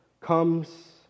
comes